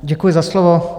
Děkuji za slovo.